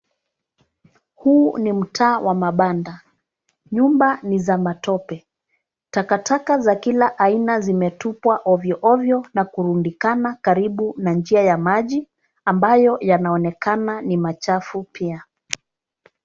Huu ni mtaa wa mabanda. Nyumba ni za matope. Takataka za kila aina zimetupwa ovyoovyo na kurundikana karibu na njia ya maji ambayo yanaonekana ni machafu pia.